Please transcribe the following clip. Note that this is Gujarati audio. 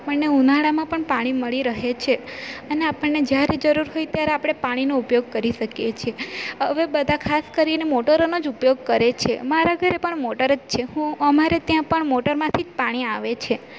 આપણને ઉનાળામાં પણ પાણી મળી રહે છે અને આપણને જ્યારે જરૂર હોય ત્યારે આપણે પાણીનો ઉપયોગ કરી શકીએ છીએ હવે બધાં ખાસ કરીને મોટોરોના જ ઉપયોગ કરે છે મારા ઘરે પણ મોટર જ છે હું અમારે ત્યાં પણ મોટરમાંથી જ પાણી આવે છે